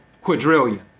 Quadrillion